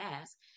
ask